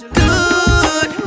good